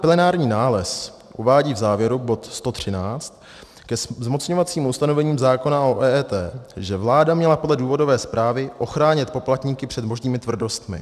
Plenární nález uvádí v závěru, bod 113, ke zmocňovacím ustanovením zákona o EET, že vláda měla podle důvodové zprávy ochránit poplatníky před možnými tvrdostmi.